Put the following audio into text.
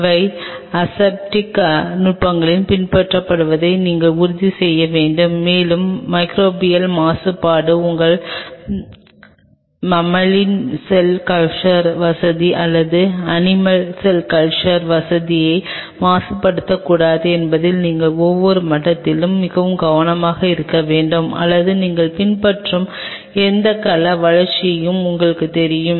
அனைத்து அசெப்டிக் நுட்பங்களும் பின்பற்றப்படுவதை நீங்கள் உறுதி செய்ய வேண்டும் மேலும் மிகிரேபியல் மாசுபாடு உங்கள் மம்மலின் செல் கல்ச்சர் வசதி அல்லது அனிமல் செல் கல்ச்சர் வசதியை மாசுபடுத்தக்கூடாது என்பதில் நீங்கள் ஒவ்வொரு மட்டத்திலும் மிகவும் கவனமாக இருக்க வேண்டும் அல்லது நீங்கள் பின்பற்றும் எந்த கல வளர்ப்பையும் உங்களுக்குத் தெரியும்